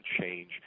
change